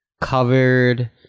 covered